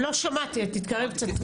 אוקי, לא שמעתי, תתקרב קצת.